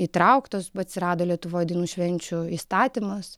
įtrauktos atsirado lietuvoje dainų švenčių įstatymas